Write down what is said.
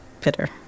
bitter